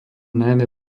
najmä